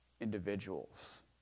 individuals